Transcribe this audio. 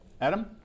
Adam